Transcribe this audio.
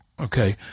Okay